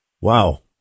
Wow